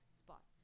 spot